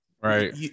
right